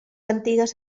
antigues